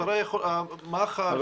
זה יכול להיות חודשים.